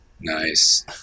Nice